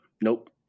Nope